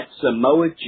Samoa